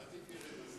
אל תיתני רמזים.